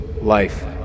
life